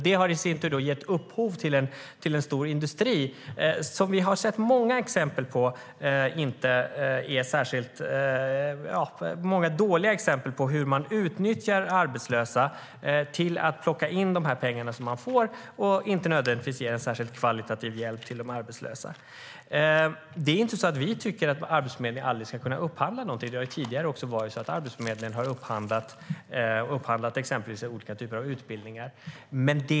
Det har i sin tur gett upphov till en stor industri, där vi har sett många dåliga exempel på hur man utnyttjar arbetslösa till att plocka in pengarna och inte ger särskilt kvalitativ hjälp till de arbetslösa. Det är inte så att vi tycker att Arbetsförmedlingen aldrig ska upphandla någonting. Tidigare har Arbetsförmedlingen upphandlat till exempel olika typer av utbildningar.